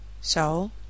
So